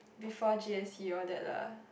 before G_S_T all that lah